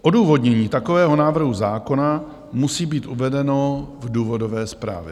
Odůvodnění takového návrhu zákona musí být uvedeno v důvodové zprávě.